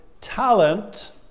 talent